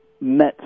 met